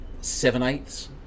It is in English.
seven-eighths